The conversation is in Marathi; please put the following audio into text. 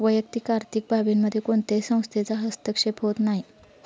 वैयक्तिक आर्थिक बाबींमध्ये कोणत्याही संस्थेचा हस्तक्षेप होत नाही